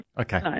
Okay